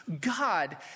God